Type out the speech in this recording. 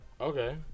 Okay